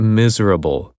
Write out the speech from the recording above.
miserable